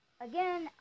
Again